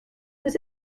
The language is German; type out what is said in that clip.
bis